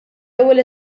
ewwel